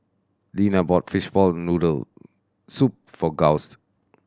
Lena bought fishball noodle soup for Gust